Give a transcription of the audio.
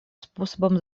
способом